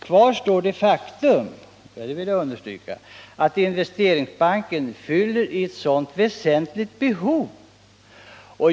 Kvarstår det faktum — och det vill jag understryka — att Investeringsbanken fyller ett väsentligt behov.